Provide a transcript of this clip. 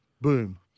Boom